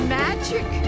magic